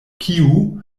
kiu